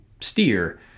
steer